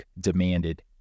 demanded